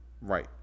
Right